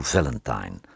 Valentine